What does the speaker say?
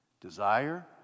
Desire